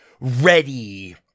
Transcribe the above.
ready